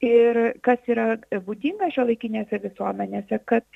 ir kas yra būdinga šiuolaikinėse visuomenėse kad